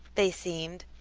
they seemed,